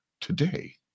today